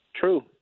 true